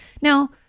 Now